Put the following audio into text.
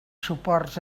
suports